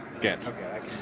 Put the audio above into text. get